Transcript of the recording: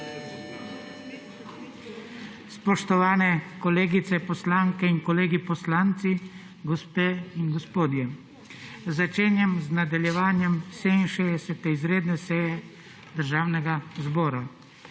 Spoštovani kolegice poslanke in kolegi poslanci, gospe in gospodje, začenjam z nadaljevanjem 67. izredne seje Državnega zbora.